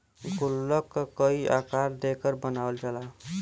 गुल्लक क कई आकार देकर बनावल जाला